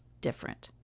different